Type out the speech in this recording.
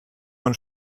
und